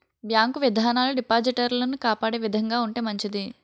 bank విధానాలు డిపాజిటర్లను కాపాడే విధంగా ఉంటే మంచిది